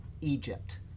Egypt